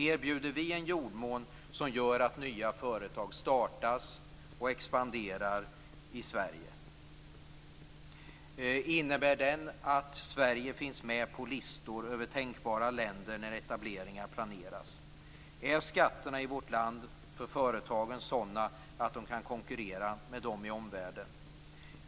Erbjuder vi en jordmån som gör att nya företag startas och expanderar i Sverige och att Sverige finns med på listan över tänkbara länder när etableringar planeras? Är skatterna i vårt land för företagen sådana att de kan konkurrera med dem i omvärlden?